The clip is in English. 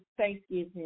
Thanksgiving